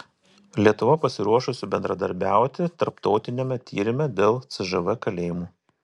lietuva pasiruošusi bendradarbiauti tarptautiniame tyrime dėl cžv kalėjimų